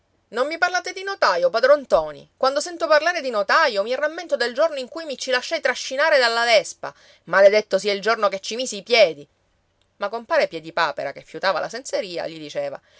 non mi parlate di notaio padron ntoni quando sento parlare di notaio mi rammento del giorno in cui mi ci lasciai trascinare dalla vespa maledetto sia il giorno che ci misi i piedi ma compare piedipapera che fiutava la senseria gli diceva